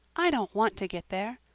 i don't want to get there.